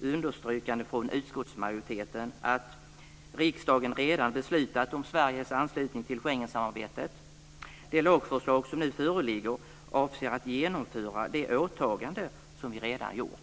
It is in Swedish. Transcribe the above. understrykande från utskottsmajoriteten, att "riksdagen redan beslutat om Sveriges anslutning till Schengensamarbetet. De lagförslag som nu föreligger avser att genomföra de åtaganden som vi redan gjort."